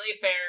fair